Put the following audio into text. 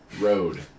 road